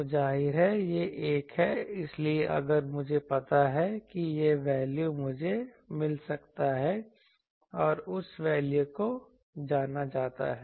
तो जाहिर है यह 1 है इसलिए अगर मुझे पता है कि यह वैल्यू मुझे मिल सकता है और उस वैल्यू को जाना जाता है